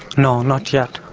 no, not yet.